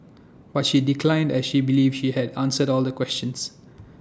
but she declined as she believes she had answered all the questions